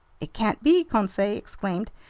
it can't be! conseil exclaimed.